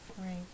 Right